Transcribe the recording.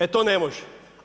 E to ne može.